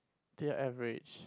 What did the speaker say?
they are average